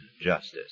justice